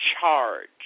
charge